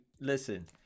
listen